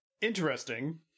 Interesting